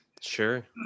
Sure